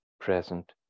present